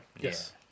Yes